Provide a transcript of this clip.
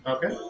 Okay